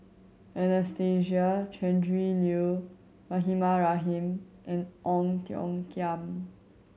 Anastasia Tjendri Liew Rahimah Rahim and Ong Tiong Khiam